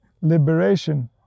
liberation